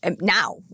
now